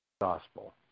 gospel